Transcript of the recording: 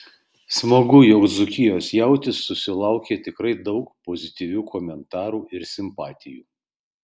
smagu jog dzūkijos jautis susilaukė tikrai daug pozityvių komentarų ir simpatijų